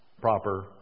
proper